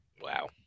wow